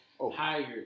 hired